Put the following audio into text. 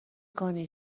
کنی